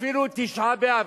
אפילו תשעה-באב,